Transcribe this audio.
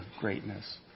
greatness